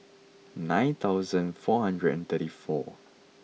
nine thousand four hundred and thirty four